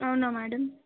అవునా మేడం